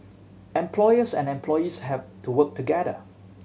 employers and employees have to work together